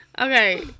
okay